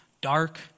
dark